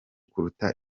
kuruta